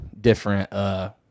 different